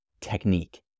technique